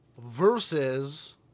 versus